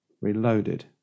Reloaded